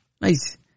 Nice